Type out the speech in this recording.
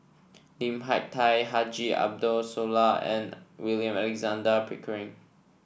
Lim Hak Tai Haji Ambo Sooloh and William Alexander Pickering